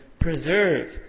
preserve